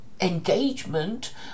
engagement